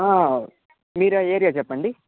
మీరు ఆ ఏరియా చెప్పండి